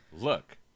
Look